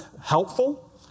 helpful